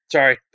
Sorry